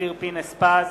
אופיר פינס-פז,